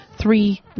three